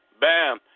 bam